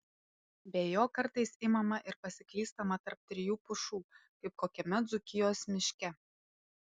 be jo kartais imama ir pasiklystama tarp trijų pušų kaip kokiame dzūkijos miške